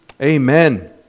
Amen